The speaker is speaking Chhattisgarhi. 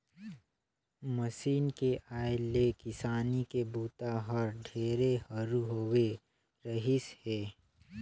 मसीन के आए ले किसानी के बूता हर ढेरे हरू होवे रहीस हे